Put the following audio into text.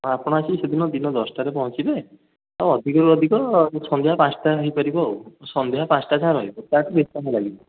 ହଁ ଆପଣ ଆସି ସେଦିନ ଦଶଟାରେ ପହଞ୍ଚିବେ ଆଉ ଅଧିକରୁ ଅଧିକ ସନ୍ଧ୍ୟା ପାଞ୍ଚଟା ହେଇପାରିବ ଆଉ ସନ୍ଧ୍ୟା ପାଞ୍ଚଟା ଯାଏଁ ରହିବ ତା'ଠୁ ବେଶି ସମୟ ଲାଗିବନି